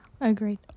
Agreed